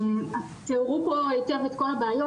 ציירו פה היטב את כל הבעיות,